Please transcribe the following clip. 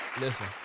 Listen